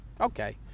Okay